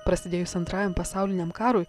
prasidėjus antrajam pasauliniam karui